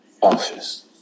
office